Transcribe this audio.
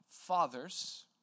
fathers